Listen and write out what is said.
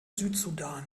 südsudan